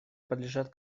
подлежат